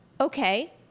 okay